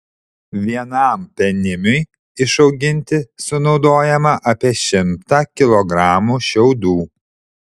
vienam penimiui išauginti sunaudojama apie šimtą kilogramų šiaudų